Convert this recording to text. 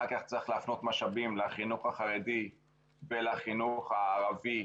אחר כך צריך להפנות משאבים לחינוך החרדי ולחנוך הערבי,